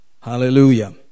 Hallelujah